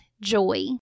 joy